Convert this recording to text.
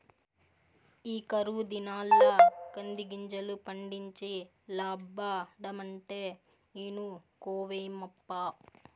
ఈ కరువు దినాల్ల కందిగింజలు పండించి లాబ్బడమంటే ఇనుకోవేమప్పా